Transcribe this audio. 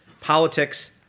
Politics